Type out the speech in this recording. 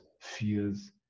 fears